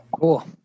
Cool